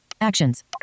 Actions